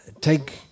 take